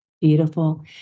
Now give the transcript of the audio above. Beautiful